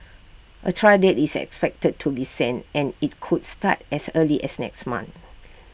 A trial date is expected to be set and IT could start as early as next month